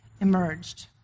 emerged